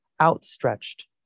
outstretched